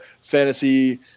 fantasy